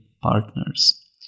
partners